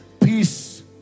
peace